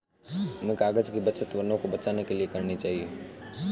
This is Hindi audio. हमें कागज़ की बचत वनों को बचाने के लिए करनी चाहिए